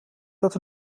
dat